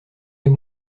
est